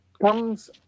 comes